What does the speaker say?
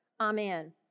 Amen